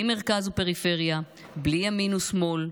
בלי מרכז ופריפריה, בלי ימין ושמאל,